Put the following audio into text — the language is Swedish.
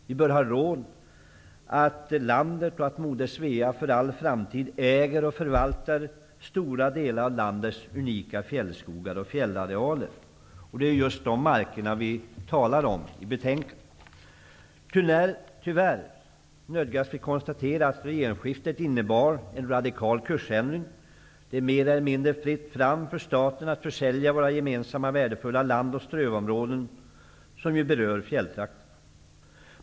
Vi bör ha råd med att moder Svea för all framtid äger och förvaltar stora delar av landets unika fjällskogar och fjällarealer. Det är just de markerna vi talar om i betänkandet. Tyvärr nödgas vi konstatera att regeringsskiftet innebar en radikal kursändring. Det är mer eller mindre fritt fram för staten att försälja våra gemensamma värdefulla land och strövområden, som ju berör bl.a. fjälltrakterna.